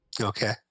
Okay